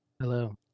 Hello